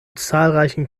zahlreichen